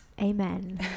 amen